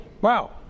Wow